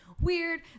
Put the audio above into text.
weird